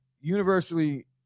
Universally